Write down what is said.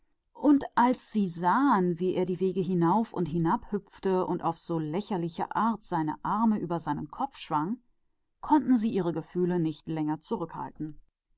und als sie sahen wie er die wege auf und nieder sprang und seine arme auf so lächerliche weise über dem kopfe schwang konnten sie ihre gefühle nicht